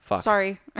sorry